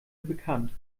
bekannt